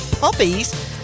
Puppies